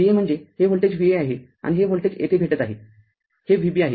Va म्हणजे हे voltage हे Va आहे आणि हे व्होल्टेज येथे भेटत आहे हे Vb आहे